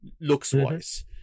looks-wise